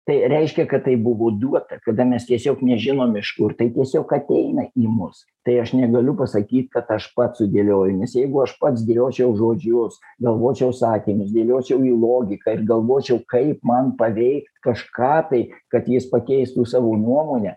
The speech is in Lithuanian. tai reiškia kad taip buvo duota kada mes tiesiog nežinom iš kur tai tiesiog ateina į mus tai aš negaliu pasakyt kad aš pats sudėlioju nes jeigu aš pats dėliočiau žodžius galvočiau sakinius dėliočiau į logiką ir galvočiau kaip man paveikt kažką tai kad jis pakeistų savo nuomonę